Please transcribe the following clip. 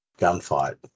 gunfight